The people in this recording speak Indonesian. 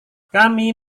kami